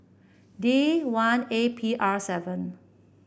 D one A P R seven